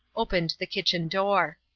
opened the kitchen-door.